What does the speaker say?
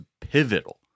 pivotal